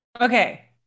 Okay